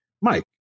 Mike